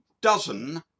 dozen